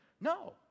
No